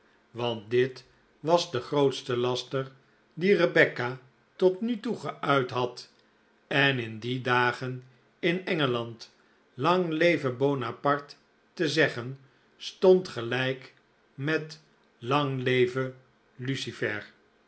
want dit was de grootste laster dien rebecca tot nu toe geuit had en in die dagen in engeland lang leve bonaparte te zeggen stond gelijk met lang leve